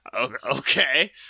okay